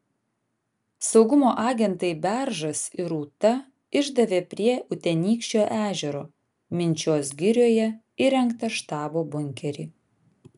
saugumo agentai beržas ir rūta išdavė prie utenykščio ežero minčios girioje įrengtą štabo bunkerį